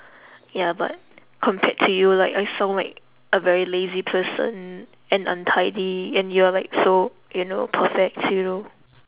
ya but compared to you like I sound like a very lazy person and untidy and you're like so you know perfect you know